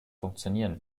funktionieren